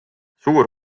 suur